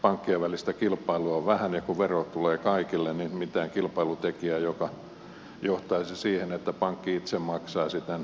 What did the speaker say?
pankkien välistä kilpailua on vähän ja kun vero tulee kaikille niin mitään kilpailutekijää joka johtaisi siihen että pankki itse maksaisi tämän veron ei ole